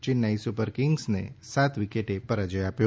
Chennai super કિંગ્સને સાત વિકેટે પરાજય આપ્યો